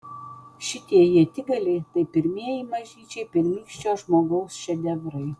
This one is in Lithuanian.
šitie ietigaliai tai pirmieji mažyčiai pirmykščio žmogaus šedevrai